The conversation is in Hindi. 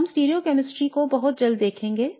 हम stereochemistry को बहुत जल्द देखेंगे